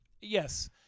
Yes